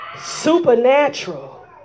Supernatural